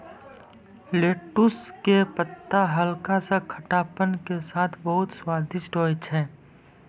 lettuce के पत्ता हल्का सा खट्टापन के साथॅ बहुत स्वादिष्ट होय छै